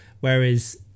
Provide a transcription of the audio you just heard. whereas